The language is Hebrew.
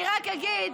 אני רק אגיד,